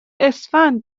اسفند